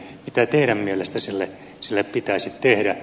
mitä teidän mielestänne sille pitäisi tehdä